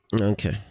Okay